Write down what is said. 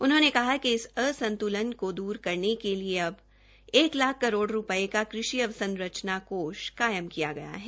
उन्होंने कहा कि इस असंतुलन को दूर करने के लिए अब एक लाख करोड़ रूपये का कृषि अवसंरचना कोष कायम किया गया है